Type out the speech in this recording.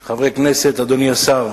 אדוני היושב-ראש, חברי הכנסת, אדוני השר,